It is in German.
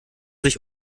sich